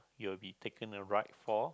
you will be taken a ride for